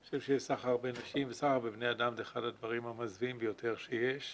אני חושב שסחר בנשים וסחר בבני אדם זה אחד הדברים המזוויעים ביותר שיש,